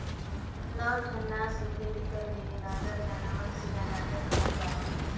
नौ ठन नास होथे तेकर ले ए नांगर ल नवनसिया नागर कहल जाथे